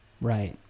right